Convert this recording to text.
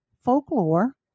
folklore